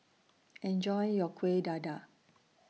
Enjoy your Kuih Dadar